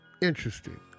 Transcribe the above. interesting